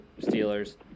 Steelers